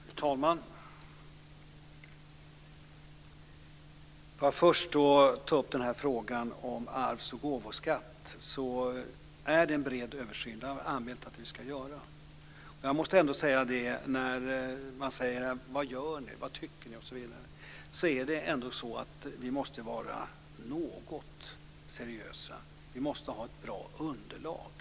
Fru talman! Som svar på frågan om arvs och gåvoskatten vill jag säga att vi har anmält att en bred översyn ska göras. Det frågas vad vi gör, vad vi tycker osv. Men vi måste ändå vara något seriösa och ha ett bra underlag.